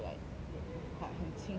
be 很轻不可以 like